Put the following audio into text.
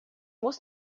muss